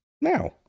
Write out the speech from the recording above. now